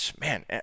man